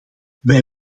wij